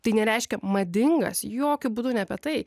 tai nereiškia madingas jokiu būdu ne apie tai